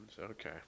Okay